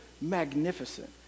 magnificent